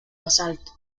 basalto